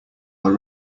are